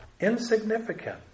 insignificant